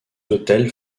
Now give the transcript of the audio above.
hôtel